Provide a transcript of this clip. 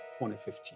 2015